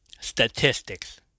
Statistics